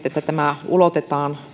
että tämä ulotetaan